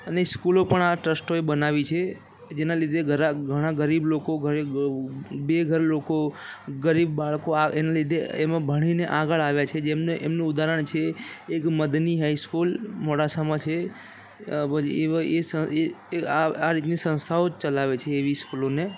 અને સ્કૂલો પણ આ ટ્રસ્ટોએ બનાવી છે જેના લીધે ગરા ઘણા ગરીબ લોકો બેઘર લોકો ગરીબ બાળકો એના લીધે એમાં ભણીને આગળ આવ્યા છે જેમને એમનું ઉદાહરણ છે એક મદની હાઇસ્કૂલ મોડાસામાં છે પછી એવા એ આ રીતની સંસ્થાઓ જ ચલાવે છે એવી સ્કૂલોને